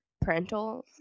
parental